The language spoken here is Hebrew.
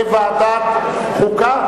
לוועדת חוקה?